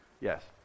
Yes